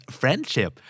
friendship